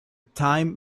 time